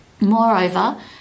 Moreover